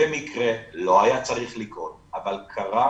במקרה, לא היה צריך לקרות, אבל קרה